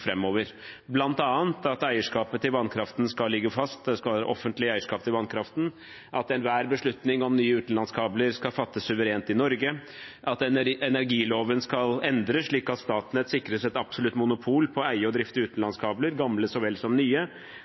framover, bl.a. at eierskapet til vannkraften skal ligge fast, at det skal være offentlig eierskap til vannkraften, at enhver beslutning om nye utenlandskabler skal fattes suverent i Norge, at energiloven skal endres, slik at Statnett sikres et absolutt monopol på å eie og drifte utenlandskabler, gamle, så vel som nye,